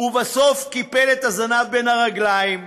ובסוף קיפל את הזנב בין הרגליים.